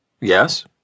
Yes